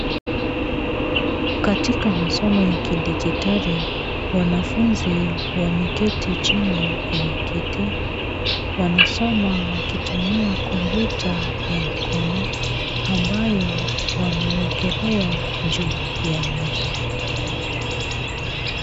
Katika masomo ya kidijitali, wanafunzi wameketi chini kwenye kiti. Wanasoma wakitumia kompyurta ya mkono ambayo wamewekelea juu ya meza.